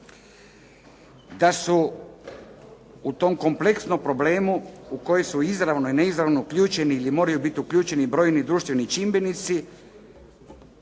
da su u tom kompleksnom problemu u koji su izravno i neizravno uključeni ili moraju biti uključeni brojni društveni čimbenici